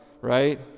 right